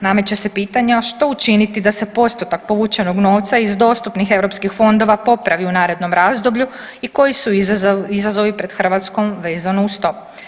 Nameće se pitanje a što učiniti da se postotak povućenog novca iz dostupnih europskih fondova popravi u narednom razdoblju i koji su izazovi pred Hrvatskom vezano uz to.